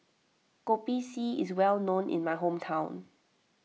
Kopi C is well known in my hometown